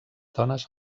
dones